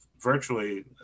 virtually